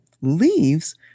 leaves